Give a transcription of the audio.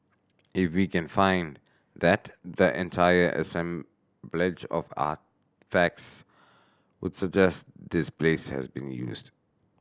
if we can find that the entire assemblage of artefacts would suggest this place has been used